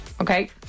okay